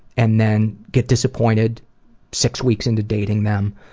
and then get disappointed six weeks into dating them.